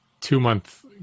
two-month